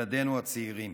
ילדינו הצעירים.